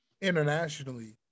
internationally